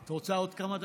את רוצה עוד כמה דקות?